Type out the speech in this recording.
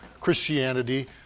Christianity